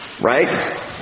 right